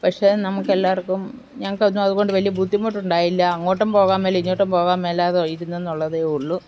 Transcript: പക്ഷെ നമുക്ക് എല്ലാവർക്കും ഞങ്ങൾക്ക് ഒന്നും അതുകൊണ്ട് വലിയ ബുദ്ധിമുട്ടുണ്ടായില്ല അങ്ങോട്ടും പോകാൻ മേല ഇങ്ങോട്ടും പോകാൻ മേലാതെ ഇരുന്നു എന്നുള്ളതെ ഉള്ളു